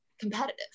competitive